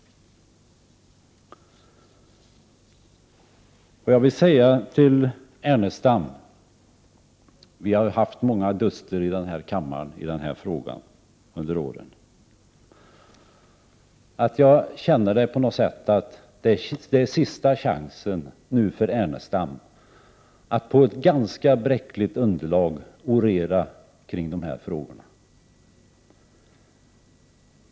Lars Ernestam och jag har haft många duster i kammaren om denna fråga under åren. Det känns som att det nu är sista chansen för Lars Ernestam att på ett ganska bräckligt underlag orera kring dessa frågor.